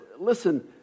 listen